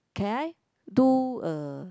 can I do a